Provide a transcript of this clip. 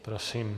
Prosím.